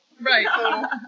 right